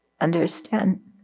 understand